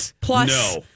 Plus